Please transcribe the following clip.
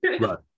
Right